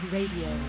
Radio